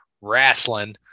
wrestling